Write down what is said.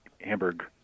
Hamburg